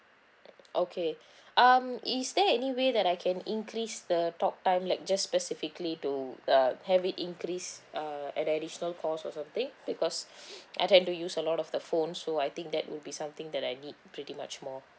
mm okay um is there any way that I can increase the talk time like just specifically to uh have it increase uh at additional cost or something because I tend to use a lot of the phone so I think that would be something that I need pretty much more